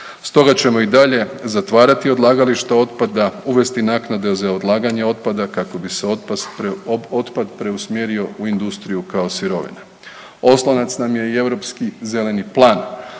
Stoga ćemo i dalje zatvarati odlagališta otpada, uvesti naknadu za odlaganje otpada kako bi se otpad preusmjerio u industriju kao sirovine. Oslonac nam je i europski zeleni plan